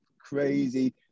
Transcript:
crazy